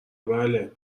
بله